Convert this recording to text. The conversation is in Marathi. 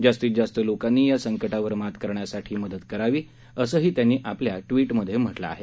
जास्तीत जास्त लोकांनी या संकटावर मात करण्यासाठी मदत करावी असंही त्यांनी आपल्या ट्विटमध्ये म्हटलं आहे